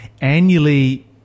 Annually